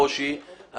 ברושי,